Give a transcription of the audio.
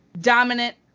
dominant